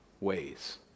ways